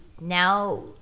now